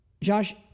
Josh